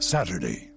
Saturday